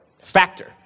factor